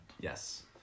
Yes